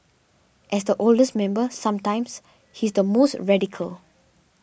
as the oldest member sometimes he's the most radical